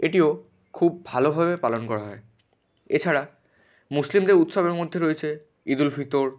এটিও খুব ভালোভাবে পালন করা হয় এছাড়া মুসলিমদের উৎসবের মধ্যে রয়েছে ঈদুল ফিতর